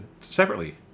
separately